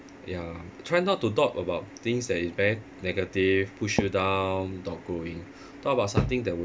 ya try not to talk about things that is very negative push you down not going talk about something that will